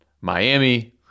Miami